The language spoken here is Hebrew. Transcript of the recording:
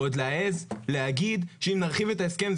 ועוד להעז להגיד שאם נרחיב את ההסכם,